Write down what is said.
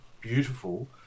beautiful